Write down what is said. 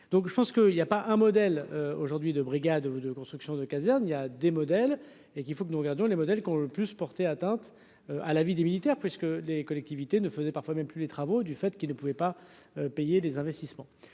je pense qu'il y a pas un modèle aujourd'hui de brigade ou de construction de casernes, il y a des modèles et qu'il faut que nous regardions les modèles qu'ont le plus porter atteinte à la vie des militaires, puisque les collectivités ne faisait parfois même plus les travaux du fait qu'il ne pouvait pas payer des investissements